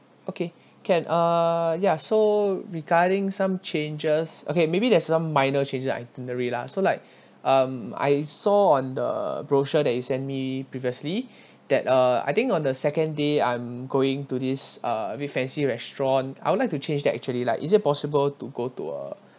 okay can uh ya so regarding some changes okay maybe there's some minor changes itinerary lah so like um I saw on the brochure that you sent me previously that uh I think on the second day I'm going to this uh a bit fancy restaurant I would like to change that actually like is it possible to go to a